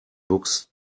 books